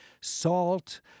salt